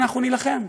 אנחנו נילחם.